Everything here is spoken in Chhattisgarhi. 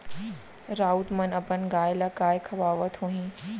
राउत मन अपन गाय ल काय खवावत होहीं